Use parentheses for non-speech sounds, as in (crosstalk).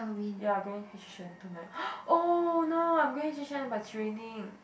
ya I going H_H_N tonight (noise) oh no I going H_H_N but it's raining